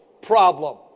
problem